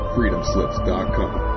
FreedomSlips.com